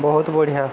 ବହୁତ ବଢ଼ିଆ